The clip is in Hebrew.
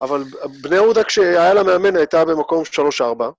אבל בני עודה, כשהיה לה מאמן, הייתה במקום שלוש-ארבע.